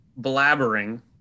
blabbering